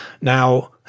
now